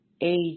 age